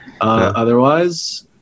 Otherwise